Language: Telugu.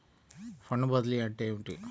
ఫండ్ బదిలీ అంటే ఏమిటి?